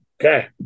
Okay